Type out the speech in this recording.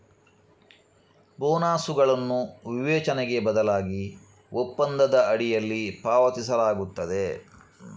ಬೋನಸುಗಳನ್ನು ವಿವೇಚನೆಗೆ ಬದಲಾಗಿ ಒಪ್ಪಂದದ ಅಡಿಯಲ್ಲಿ ಪಾವತಿಸಲಾಗುತ್ತದೆ